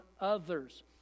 others